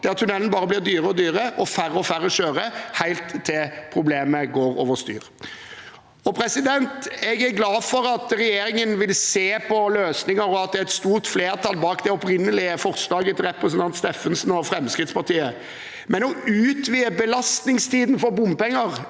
der tunnelen bare blir dyrere og dyrere, og færre og færre kjører, helt til problemet går over styr. Jeg er glad for at regjeringen vil se på løsninger, og at det er et stort flertall bak det opprinnelige forslaget til representanten Steffensen og Fremskrittspartiet, men å utvide belastningstiden for bompenger